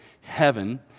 Heaven